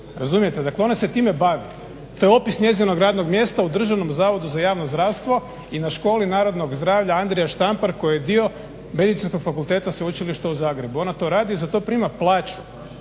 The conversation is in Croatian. Razumijete? Dakle, ona se time bavi. To je opis njezinog radnog mjesta u Državnom zavodu za javno zdravstvo i na školi narodnog zdravlja Andrija Štampar koji je dio Medicinskog fakulteta Sveučilišta u Zagrebu. Ona to radi i za to prima plaću